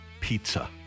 pizza